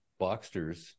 Boxsters